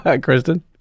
Kristen